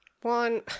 One